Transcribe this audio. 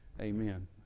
Amen